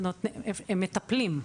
הם מטפלים,